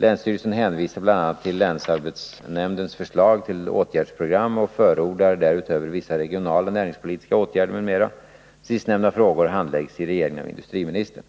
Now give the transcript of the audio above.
Länsstyrelsen hänvisar bl.a. till länsarbetsnämndens förslag till åtgärdsprogram och förordar därutöver vissa regionala näringspoltiska åtgärder m.m. Sistnämnda frågor handläggs i regeringen av industriministern.